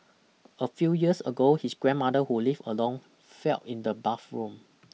a few years ago his grandmother who lived alone felt in the bathroom